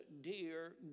dear